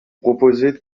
proposez